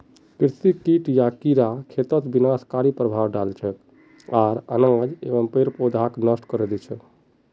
कृषि कीट या कीड़ा खेतत विनाशकारी प्रभाव डाल छेक आर अनाज एवं पेड़ पौधाक नष्ट करे दी छेक